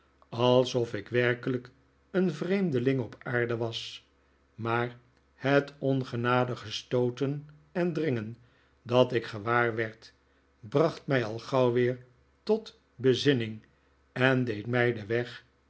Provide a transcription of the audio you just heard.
alsof ik werkelijk een vreemdeling op aarde was maar het ongenadige stooten en dringen dat ik gewaar werd bracht mij al gauw weer tot bezinning en deed mij den weg